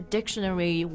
Dictionary